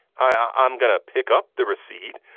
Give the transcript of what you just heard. i'm going to pick up the receipt.